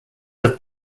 have